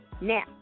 Now